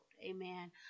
Amen